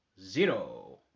zero